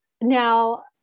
Now